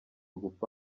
gupfa